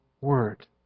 word